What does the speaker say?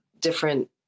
different